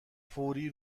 فوری